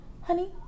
honey